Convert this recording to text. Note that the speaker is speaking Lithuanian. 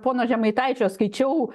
pono žemaitaičio skaičiau